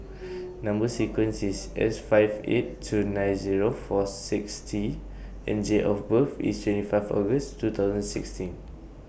Number sequence IS S five eight two nine Zero four six T and Date of birth IS twenty five August two thousand sixteen